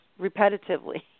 repetitively